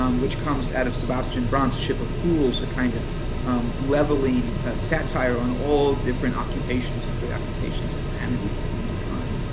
um which comes out of sebastian brant's ship of fools, a kind of leveling satire on all different occupations and preoccupations and vanities of humankind.